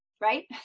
right